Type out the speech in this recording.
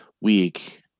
week